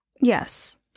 Yes